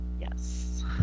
Yes